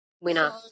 Winner